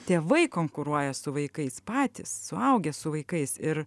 tėvai konkuruoja su vaikais patys suaugę su vaikais ir